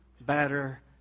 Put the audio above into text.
better